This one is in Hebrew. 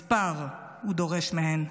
מספר, הוא דורש מהן.